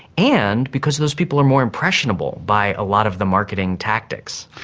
and because those people are more impressionable by a lot of the marketing tactics.